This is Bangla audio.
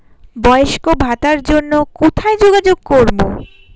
বয়স্ক ভাতার জন্য কোথায় যোগাযোগ করব?